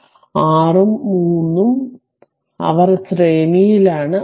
6 ഉം 3 ഉം അവർ ശ്രേണിയിലാണ്